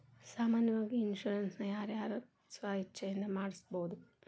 ಸಾಮಾನ್ಯಾವಾಗಿ ಇನ್ಸುರೆನ್ಸ್ ನ ಯಾರ್ ಯಾರ್ ಸ್ವ ಇಛ್ಛೆಇಂದಾ ಮಾಡ್ಸಬೊದು?